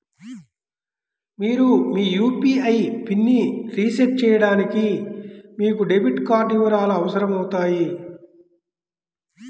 మీరు మీ యూ.పీ.ఐ పిన్ని రీసెట్ చేయడానికి మీకు డెబిట్ కార్డ్ వివరాలు అవసరమవుతాయి